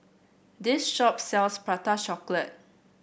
this shop sells Prata Chocolate